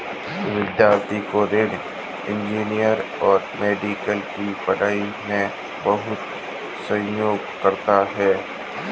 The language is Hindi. विद्यार्थी ऋण इंजीनियरिंग और मेडिकल की पढ़ाई में बहुत सहयोग करता है